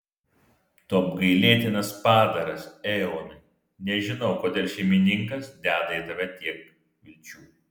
tu apgailėtinas padaras eonai nežinau kodėl šeimininkas deda į tave tiek vilčių